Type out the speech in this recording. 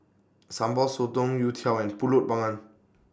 Sambal Sotong Youtiao and Pulut Panggang